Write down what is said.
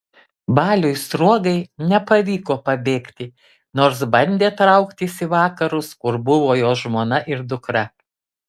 baliui sruogai nepavyko pabėgti nors bandė trauktis į vakarus kur buvo jo žmona ir dukra